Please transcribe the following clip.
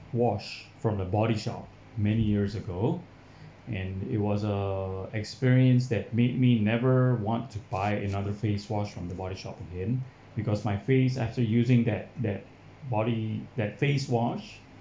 wash from the body shop many years ago and it was a experience that made me never want to buy another face wash from the body shop again because my face after using that that body that face wash